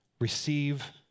receive